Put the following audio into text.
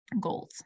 goals